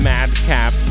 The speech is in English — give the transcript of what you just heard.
Madcap